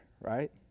right